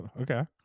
okay